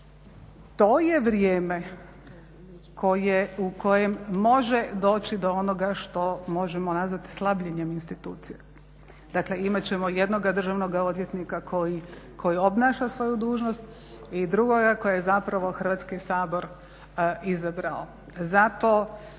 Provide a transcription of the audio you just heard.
To je vrijeme u kojem može doći do onoga što možemo nazvati slabljenjem institucija. Dakle, imat ćemo jednoga državnoga odvjetnika koji obnaša svoju dužnost i drugoga koji je zapravo Hrvatski sabor izabrao.